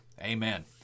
Amen